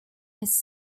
his